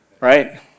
Right